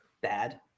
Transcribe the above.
Bad